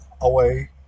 away